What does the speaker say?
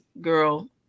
girl